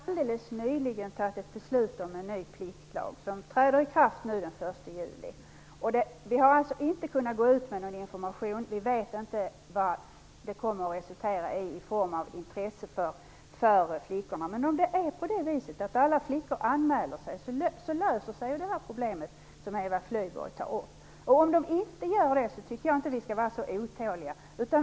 Fru talman! Vi har alldeles nyligen fattat beslut om en ny pliktlag, som träder i kraft nu den 1 juli. Vi har inte kunnat gå ut med någon information, och vi inte vet vad det kommer att resultera i när det gäller flickornas intresse. Men om alla flickor anmäler sig, löser sig det problem som Eva Flyborg tar upp. Om de inte gör det, tycker jag inte att vi skall vara så otåliga.